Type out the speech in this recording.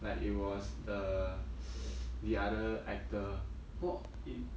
like it was the the other actor wh~ in